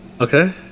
okay